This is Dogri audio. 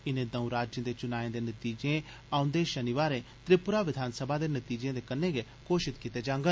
इनें दर्ऊ राज्यें दे चुनाएं दे नतीजे औंदे शनिवारें त्रिपुरा विधान सभा दे नतीजे दे कन्नै गै घोषत कीते जांङन